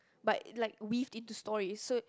but it like weaved into story so